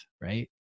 right